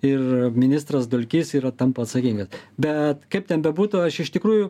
ir ministras dulkys yra tampa atsakingas bet kaip ten bebūtų aš iš tikrųjų